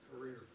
Career